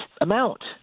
amount